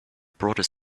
brought